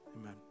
amen